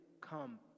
come